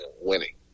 winning